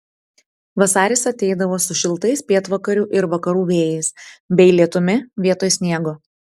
vasaris ateidavo su šiltais pietvakarių ir vakarų vėjais bei lietumi vietoj sniego